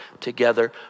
together